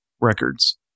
records